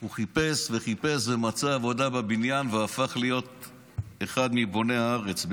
הוא חיפש וחיפש ומצא עבודה בבניין והפך להיות אחד מבוני הארץ,